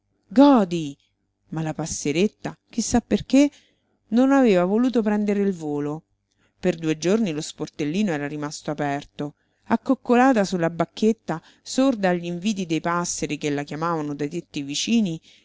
godi ma la passeretta chi sa perché non aveva voluto prendere il volo per due giorni lo sportellino era rimasto aperto accoccolata sulla bacchetta sorda agli inviti dei passeri che la chiamavano dai tetti vicini